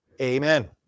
Amen